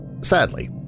Sadly